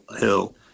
Hill